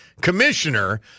commissioner